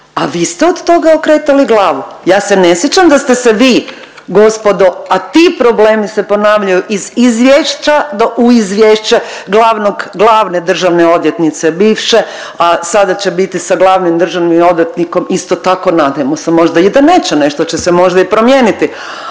A vi ste od toga okretali glavu, ja se ne sjećam da ste se vi gospodo, a ti problemi se ponavljaju iz izvješća do u izvješće glavne državne odvjetnice bivše, a sada će biti sa glavnim državnim odvjetnikom isto tako nadajmo se. Možda i da neće, nešto će se možda i promijeniti,